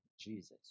Jesus